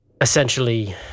essentially